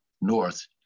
north